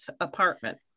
apartment